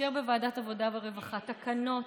לאשר בוועדת העבודה והרווחה תקנות